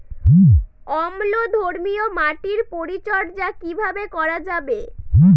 অম্লধর্মীয় মাটির পরিচর্যা কিভাবে করা যাবে?